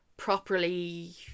properly